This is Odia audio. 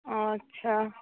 ହଁ ଆଚ୍ଛା